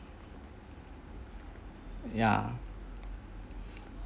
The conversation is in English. ya